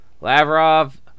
Lavrov